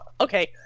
Okay